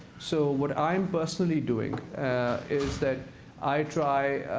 so what i'm personally doing is that i try,